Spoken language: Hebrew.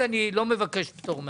אני לא אבקש פטור מאגרה,